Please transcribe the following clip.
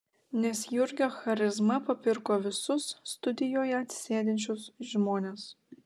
nes jurgio charizma papirko visus studijoje sėdinčius žmones